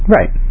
Right